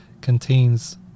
contains